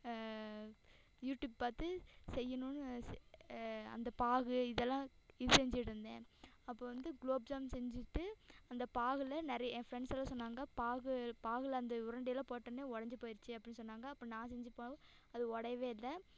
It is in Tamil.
யூடியூப் பார்த்து செய்யணும்னு செ அந்த பாகு இதெல்லாம் இது செஞ்சிகிட்ருந்தேன் அப்போ வந்து குலோப் ஜாம் செஞ்சிட்டு அந்த பாகில் நெறைய என் ஃப்ரெண்ட்ஸ் எல்லாம் சொன்னாங்கள் பாகு பாகில் அந்த உருண்டை எல்லாம் போட்டோன்னே உடஞ்சி போயிடுச்சு அப்படின்னு சொன்னாங்கள் அப்போ நான் செஞ்ச பாகு அது உடையவே இல்லை